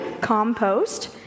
compost